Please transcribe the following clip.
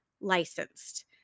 licensed